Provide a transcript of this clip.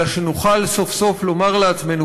אלא נוכל סוף-סוף לומר לעצמנו,